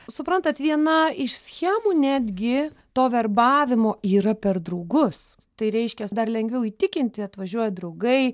suprantat viena iš schemų netgi to verbavimo yra per draugus tai reiškias dar lengviau įtikinti atvažiuoja draugai